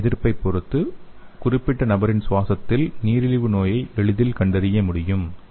மின் எதிர்ப்பைப் பொறுத்து குறிப்பிட்ட நபரின் சுவாசத்தில் நீரிழிவு நோயை எளிதில் கண்டறிய முடியும்